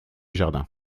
jardin